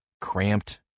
cramped